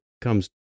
comes